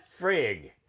Frig